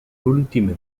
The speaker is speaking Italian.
ultime